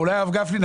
הרב גפני,